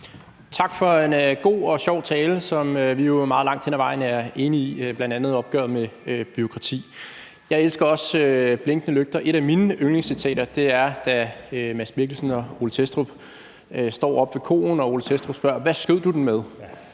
Tak for en god og sjov tale, som vi jo meget langt hen ad vejen er enige i, bl.a. når det handler om opgøret med bureaukrati. Jeg elsker også »Blinkende lygter«. Et af mine yndlingscitater er, da Mads Mikkelsen og Ole Thestrup står oppe ved koen og Ole Thestrup spørger: »Hvad skød du den med?«